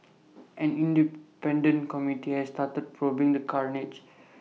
an independent committee has started probing the carnage